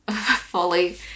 fully